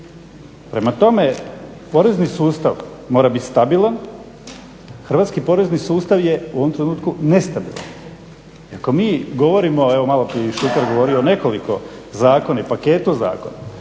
Prema tome porezni sustav mora biti stabilan. Hrvatski porezni sustav je u ovom trenutku nestabilan. I ako mi govorimo evo malo prije je i Šuker govorio o nekoliko zakona, paketu zakona